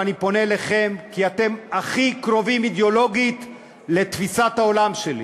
ואני פונה אליכם כי אתם הכי קרובים אידיאולוגית לתפיסת העולם שלי.